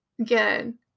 again